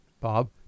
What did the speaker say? Bob